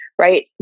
right